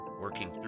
working